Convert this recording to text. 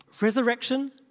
resurrection